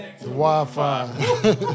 Wi-Fi